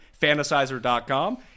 Fantasizer.com